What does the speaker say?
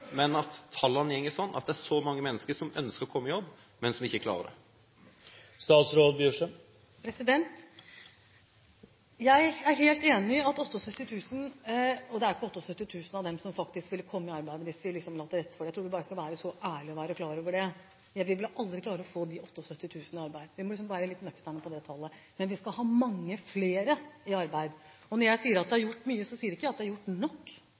at det er gjort så mye, mens tallene viser at det er så mange mennesker som ønsker å komme i jobb, men ikke klarer det? Jeg er helt enig i at 78 000 er mange, og det er ikke 78 000 av dem som faktisk ville kommet i arbeid hvis vi la til rette for det – jeg tror vi skal være så ærlig å si det. Vi vil aldri klare å få alle de 78 000 i arbeid. Vi må liksom være litt nøkterne når det gjelder det tallet. Men vi skal ha mange flere i arbeid. Når jeg sier det er gjort mye, sier jeg ikke at det er gjort nok,